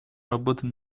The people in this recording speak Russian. работать